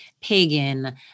Pagan